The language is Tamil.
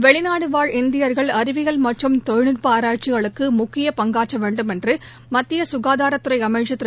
வெளிநாடு வாழ் இந்தியர்கள் அறிவியல் மற்றும் தொழில்நுட்ப ஆராய்ச்சிகளுக்கு முக்கிய பங்காற்ற வேண்டும் என்று மத்திய சுகாதார அமைச்சர் திரு